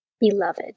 Beloved